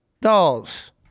dolls